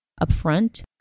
upfront